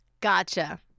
Gotcha